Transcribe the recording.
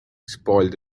spoiled